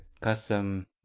custom